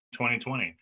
2020